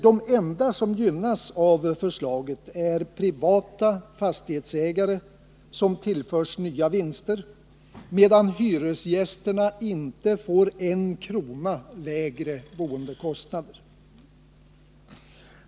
De enda som gynnas av förslaget är privata fastighetsägare som tillförs nya vinster medan hyresgästerna inte får en krona lägre boendekostnad.